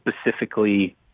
specifically